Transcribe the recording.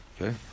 Okay